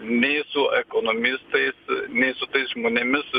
nei su ekonomistais nei su tais žmonėmis